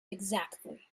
exactly